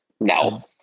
No